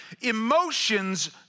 Emotions